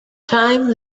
time